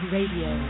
Radio